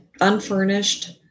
unfurnished